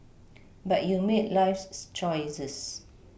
but you make life's choices